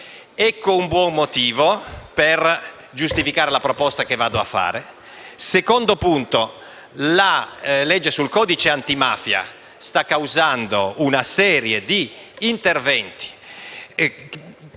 Ecco un buon motivo per giustificare la proposta che mi appresto a fare. Secondo punto: la legge sul codice antimafia sta causando una serie di interventi